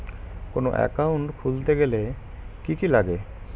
কোন একাউন্ট খুলতে গেলে কি কি লাগে?